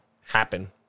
happen